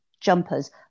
jumpers